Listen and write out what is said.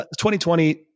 2020